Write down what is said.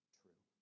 true